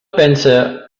pense